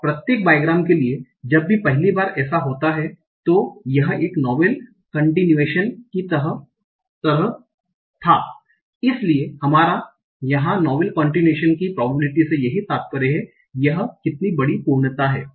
अब प्रत्येक बाइग्राम के लिए जब भी पहली बार ऐसा होता है तो यह एक novel continuation की तरह था इसलिए हमारे यहां novel continuation की प्रॉबबिलिटि से यही तात्पर्य है कि यह कितनी बड़ी पूर्णता है